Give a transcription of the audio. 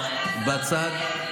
רואה שאתה ממשיך.